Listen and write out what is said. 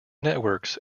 networks